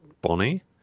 Bonnie